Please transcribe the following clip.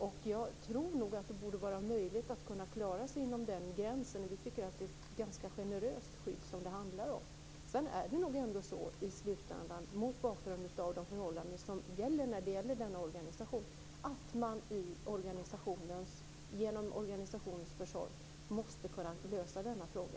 Det borde vara möjligt att klara sig inom den gränsen. Det är ett ganska generöst skydd. I slutändan, mot bakgrund av de förhållanden som gäller denna organisation, måste man genom organisationens försorg lösa denna fråga.